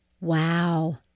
Wow